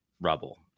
rubble